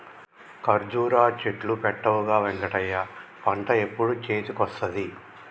కర్జురా చెట్లు పెట్టవుగా వెంకటయ్య పంట ఎప్పుడు చేతికొస్తది